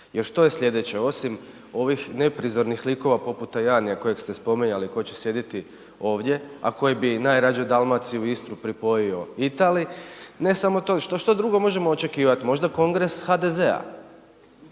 Jer što je slijedeće osim ovih neprizornih likova poput Tajanija kojeg ste spominjali tko će sjediti ovdje, a koji bi najrađe Dalmaciju i Istru pripojio Italiji, ne samo to, što drugo možemo očekivati, možda kongres HDZ-a